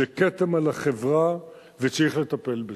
זה כתם על החברה, וצריך לטפל בזה.